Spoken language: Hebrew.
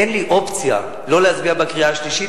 אין לי אופציה לא להצביע בקריאה השלישית,